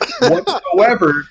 whatsoever